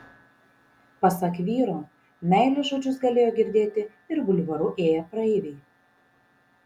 pasak vyro meilės žodžius galėjo girdėti ir bulvaru ėję praeiviai